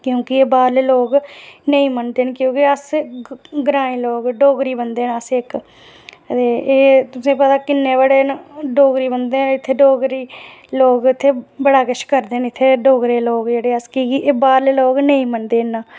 क्योंकि एह् बाह्रले लोक नेईं मनदे हैन क्योंकि अस ग्रांईं लोक डोगरी बंदे न अस ते एह् तुसेंगी पता न की किन्ने बड़े न डोगरी बंदे न इत्थै डोगरी लोक इत्थै बड़ा किश करदे न इत्थै डोगरे लोक की एह् बाह्रले लोक न नेईं मनदे न